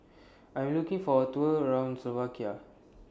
I Am looking For A Tour around Slovakia